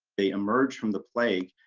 they emerge from the plague